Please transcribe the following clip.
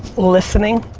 listening.